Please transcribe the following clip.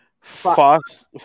Fox